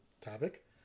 topic